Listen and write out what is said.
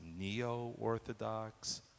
neo-orthodox